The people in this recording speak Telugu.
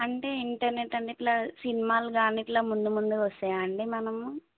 అంటే ఇంటర్నెట్ అంటే ఇట్లా సినిమాలుగా కానీ ఇట్లా ముందు ముందుగా వస్తాయి అండి మనము